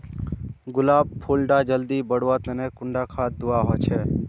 गुलाब फुल डा जल्दी बढ़वा तने कुंडा खाद दूवा होछै?